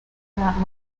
cannot